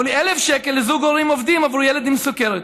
אבל 1,000 שקל לזוג הורים עובדים עבור ילד עם סוכרת.